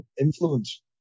influence